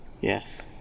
Yes